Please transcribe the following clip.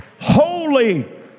Holy